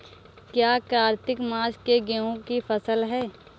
क्या कार्तिक मास में गेहु की फ़सल है?